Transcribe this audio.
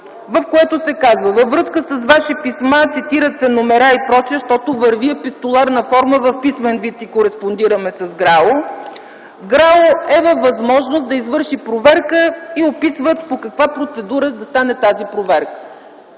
в което се казва: „Във връзка с Ваши писма – цитират се номера и пр., защото върви епистоларна форма, в писмен вид си кореспондираме с ГРАО – ГРАО е във възможност да извърши проверка” и описват процедурата, по която да се извърши проверката.